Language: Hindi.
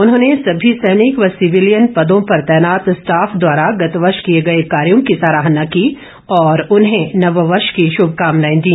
उन्होंने सभी सैनिक व सिविलियन पदों पर तैनात स्टाफ द्वारा गत वर्ष किए गए कार्यों की सराहना की और उन्हें नववर्ष की श्रभकामनाएं दी